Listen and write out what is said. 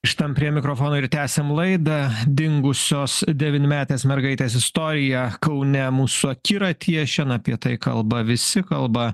šitam prie mikrofono ir tęsiam laidą dingusios devynmetės mergaitės istorija kaune mūsų akiratyje šiandien apie tai kalba visi kalba